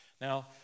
Now